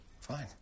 Fine